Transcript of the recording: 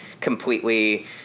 completely